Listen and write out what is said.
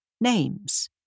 names